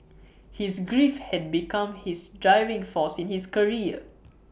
his grief had become his driving force in his career